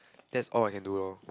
that's all I can do lor